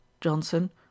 Johnson